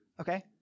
Okay